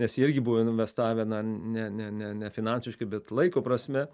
nes jie irgi buvo investavę na ne ne ne ne finansiškai bet laiko prasme